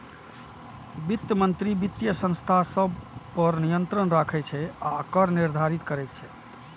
वित्त मंत्री वित्तीय संस्था सभ पर नियंत्रण राखै छै आ कर निर्धारित करैत छै